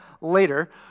later